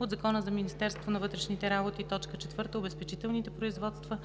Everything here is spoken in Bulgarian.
от Закона за Министерството на вътрешните работи; 4. Обезпечителните производства;